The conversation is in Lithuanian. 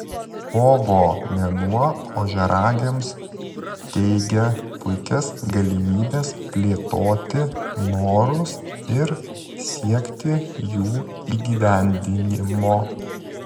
kovo mėnuo ožiaragiams teigia puikias galimybes plėtoti norus ir siekti jų įgyvendinimo